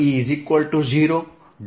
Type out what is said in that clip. E0